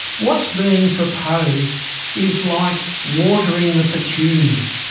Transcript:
what's being proposed is like watering the petunias.